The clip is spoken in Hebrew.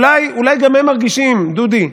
אולי גם הם מרגישים, דודי,